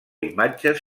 imatges